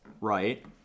Right